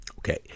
Okay